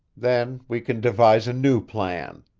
then we can devise a new plan.